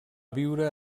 viure